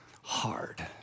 hard